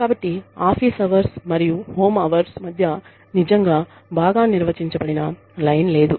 కాబట్టి office hours మరియు home hours మధ్య నిజంగా బాగా నిర్వచించబడిన లైన్ లేదు